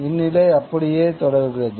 இந்நிலை அப்படியே தொடர்கிறது